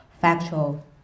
factual